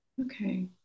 okay